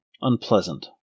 unpleasant